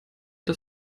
das